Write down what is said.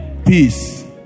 peace